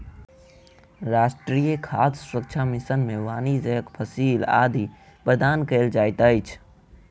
राष्ट्रीय खाद्य सुरक्षा मिशन में वाणिज्यक फसिल आदि प्रदान कयल जाइत अछि